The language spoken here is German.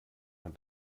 man